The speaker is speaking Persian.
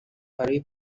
برای